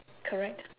correct